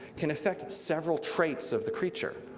can affect several traits of the creature,